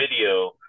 video